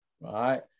right